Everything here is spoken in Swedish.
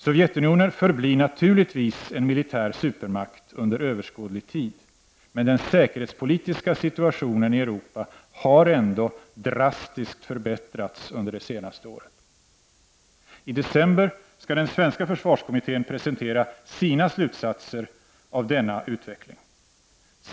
Sovjetunionen förblir naturligtvis en militär supermakt under överskådlig tid, men den säkerhetspolitiska situationen i Europa har ändå drastiskt förbättrats under det senaste året. I december skall den svenska försvarskommittén presentera sina slutsatser av denna utveckling.